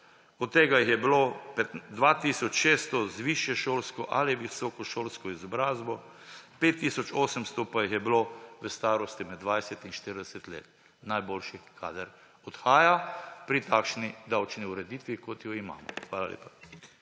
od tega jih je bilo 2 tisoč 600 z višješolsko ali visokošolsko izobrazbo, 5 tisoč 800 pa jih je bilo v starosti med 20 in 40 let. Najboljši kader odhaja pri takšni davčni ureditvi, kot jo imamo. Hvala lepa.